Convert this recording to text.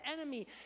enemy